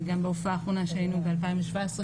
גם בהופעה שהיינו ב-2017,